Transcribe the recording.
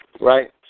Right